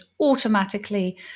automatically